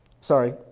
sorry